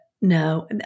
no